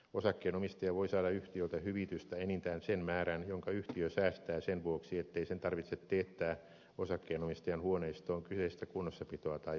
osakkeenomistaja voi saada yhtiöltä hyvitystä enintään sen määrän jonka yhtiö säästää sen vuoksi ettei sen tarvitse teettää osakkeenomistajan huoneistoon kyseistä kunnossapitoa tai uudistusta